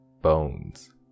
Bones